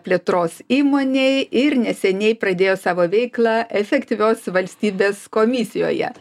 plėtros įmonei ir neseniai pradėjo savo veiklą efektyvios valstybės komisijoje